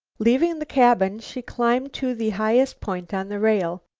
leaving the cabin, she climbed to the highest point on the rail.